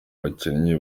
bakinnyi